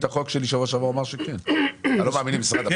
שכן.